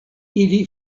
ili